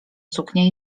suknie